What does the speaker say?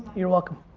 you're welcome.